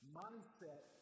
mindset